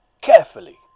carefully